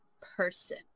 person